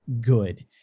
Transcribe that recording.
good